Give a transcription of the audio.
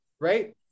Right